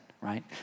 right